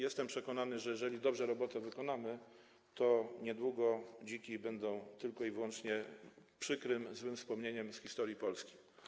Jestem przekonany, że jeżeli dobrze wykonamy robotę, to niedługo dziki będą tylko i wyłącznie przykrym, złym wspomnieniem z historii Polski.